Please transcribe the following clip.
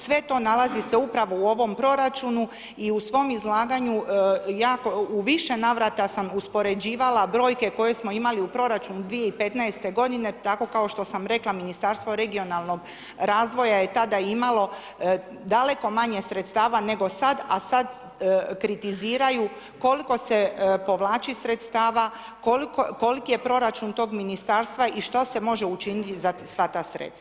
Sve to nalazi se upravo u ovom proračunu i u svom izlaganju u više navrata sam uspoređivala brojke koje smo imali u proračunu 2015.-te godine, tako kao što sam rekla Ministarstvo regionalnog razvoja je tada imalo daleko manje sredstava nego sada, a sad kritiziraju koliko se povlači sredstava, koliki je proračun tog Ministarstva i što se može učiniti za sva ta sredstva.